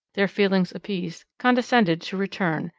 their feelings appeased, condescended to return,